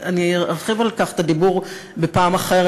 אני ארחיב על כך את הדיבור בפעם אחרת,